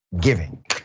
giving